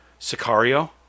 Sicario